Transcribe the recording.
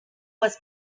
was